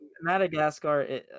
Madagascar